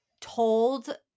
told